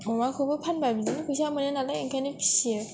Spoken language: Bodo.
अमाखौबो फानोबा बिदिनो फैसा मोनो नालाय ओंखायनो फिसियो